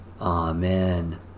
Amen